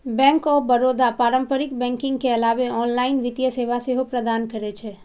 bank of Baroda पारंपरिक banking के अलावे ऑनलाइन वित्तीय सेवा सेहो प्रदान करै छै